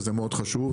שזה מאוד חשוב,